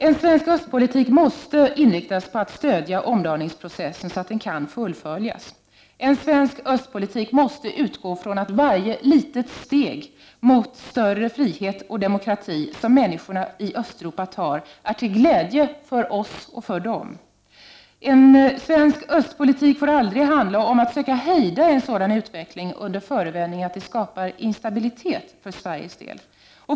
En sve ssk östpolitik måste inriktas på att stödja omdaningsprocessen så att den kan fullföljas . En svensk östpolitik måste utgå från att varje litet steg mot större frihet och demokrati som människorna i Östeuropa tar är till glädje för oss och för dem. En svensk östpolitik får aldrig handla om att söka hejda en sådan utveckling under förevändning att den skapar instabilitet för Sveriges del.